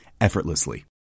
effortlessly